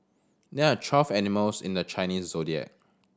there are twelve animals in the Chinese Zodiac